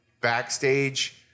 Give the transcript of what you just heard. backstage